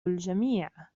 الجميع